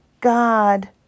God